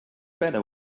better